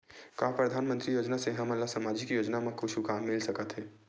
का परधानमंतरी योजना से हमन ला सामजिक योजना मा कुछु काम मिल सकत हे?